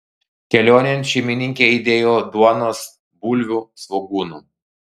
kelionėn šeimininkė įdėjo duonos bulvių svogūnų